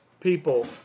people